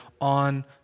on